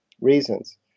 reasons